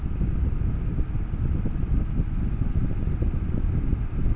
আমি ATM card এর pin number ভুলে গেছি কি করে বের করব?